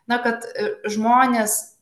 na kad e žmonės